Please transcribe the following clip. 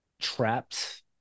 trapped